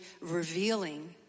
revealing